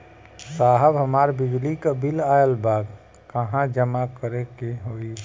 साहब हमार बिजली क बिल ऑयल बा कहाँ जमा करेके होइ?